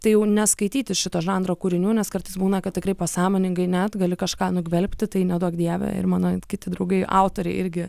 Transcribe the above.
tai jau neskaityti šito žanro kūrinių nes kartais būna kad tikrai pasąmoningai net gali kažką nugvelbti tai neduok dieve ir mano kiti draugai autoriai irgi